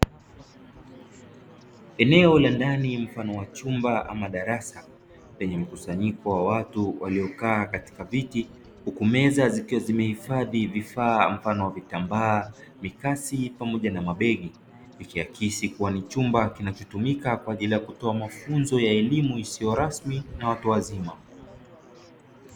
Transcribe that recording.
Eneo la ndani mfano wa chumba ama darasa lenye mkusanyiko wa watu waliokaa katika viti huku meza zikiwa zimehifadhi vifaa mfano wa vitambaa, mikasi pamoja na mabegi ikiakisi kuwa ni chumba kinachotumika kwa ajili ya kutoa mafunzo ya elimu isiyo rasmi na watu wazima.